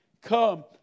come